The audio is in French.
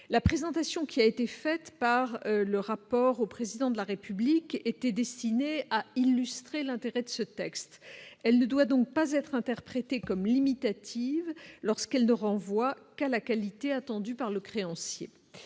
la présentation qui a été faite par le rapport au président de la République était destiné à illustrer l'intérêt de ce texte, elle ne doit donc pas être interprétée comme limitative lorsqu'elle ne renvoie qu'à la qualité attendue par le créancier,